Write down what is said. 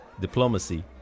diplomacy